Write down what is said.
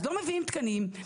אז לא מביאים תקנים,